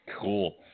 Cool